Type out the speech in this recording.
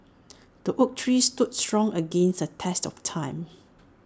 the oak tree stood strong against the test of time